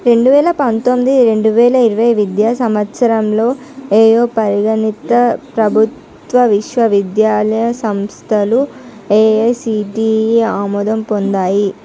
రెండు వేల పంతొమ్మిది రెండు వేల ఇరవై విద్యా సంవత్సరంలో ఏయే పరిగణిత ప్రభుత్వ విశ్వవిద్యాలయం సంస్థలు ఏఐసిటిఈ ఆమోదం పొందాయి